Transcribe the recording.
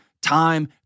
time